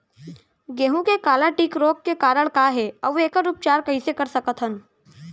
गेहूँ के काला टिक रोग के कारण का हे अऊ एखर उपचार कइसे कर सकत हन?